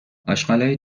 آشغالای